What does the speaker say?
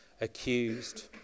accused